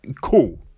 cool